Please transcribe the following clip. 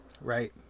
Right